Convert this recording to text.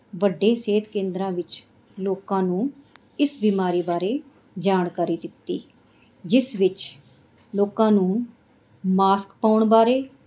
ਵੱਡੇ ਸਿਹਤ ਕੇਂਦਰਾਂ ਵਿੱਚ ਲੋਕਾਂ ਨੂੰ ਇਸ ਬਿਮਾਰੀ ਬਾਰੇ ਜਾਣਕਾਰੀ ਦਿੱਤੀ ਜਿਸ ਵਿੱਚ ਲੋਕਾਂ ਨੂੰ ਮਾਸਕ ਪਾਉਣ ਬਾਰੇ